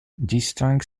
distingue